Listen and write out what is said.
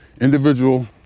individual